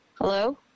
Hello